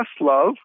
love